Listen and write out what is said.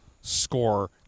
score